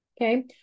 okay